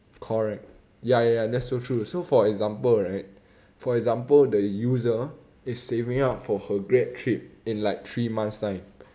correct ya ya ya that's so true so for example right for example the user is saving up for her grad trip in like three months time